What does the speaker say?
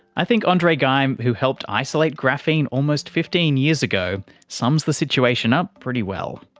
i think andre geim who helped isolate graphene almost fifteen years ago sums the situation up pretty well.